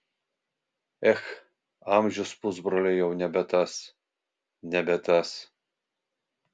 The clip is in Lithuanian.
ech amžius pusbrolio jau nebe tas nebe tas